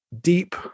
deep